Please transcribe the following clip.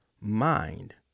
mind